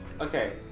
Okay